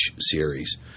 series